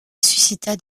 suscita